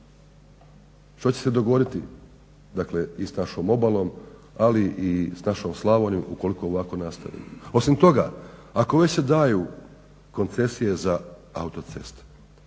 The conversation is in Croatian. Što će se dogoditi dakle i s našom obalom, ali i s našom Slavonijom ukoliko ovako nastavimo? Osim toga ako već se daju koncesije za autoceste